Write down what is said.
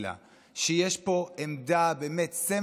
שיש פה עמדה, סמל שלטון